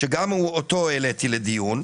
שגם אותו העליתי לדיון,